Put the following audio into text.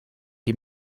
die